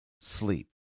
sleep